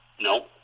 No